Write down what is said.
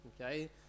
Okay